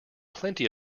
plenty